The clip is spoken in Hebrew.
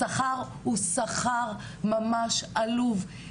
השכר הוא שכר ממש עלוב.